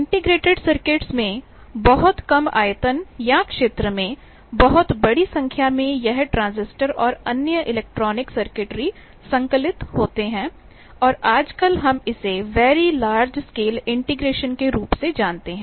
integrated circuits में बहुत कम आयतन या क्षेत्र में बहुत बड़ी संख्या में यह ट्रांजिस्टर और अन्य इलेक्ट्रॉनिक सर्किटरी संकलित होते हैं और आजकल हम इसे वैरी लार्ज स्केल इंटीग्रेशन के रूप से जानते हैं